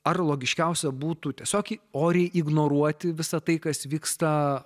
ar logiškiausia būtų tiesiog oriai ignoruoti visa tai kas vyksta